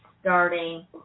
starting